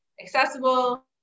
accessible